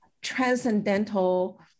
transcendental